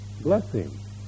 blessing